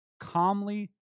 calmly